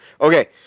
Okay